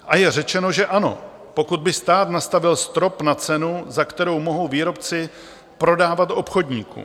A je řečeno, že ano, pokud by stát nastavil strop na cenu, za kterou mohou výrobci prodávat obchodníkům.